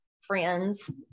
friends